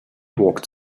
walked